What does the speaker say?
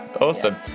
awesome